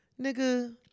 Nigga